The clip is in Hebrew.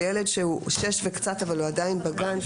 של ילד שהוא בן שש וקצת אבל הוא עדיין בגן,